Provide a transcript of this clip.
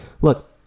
Look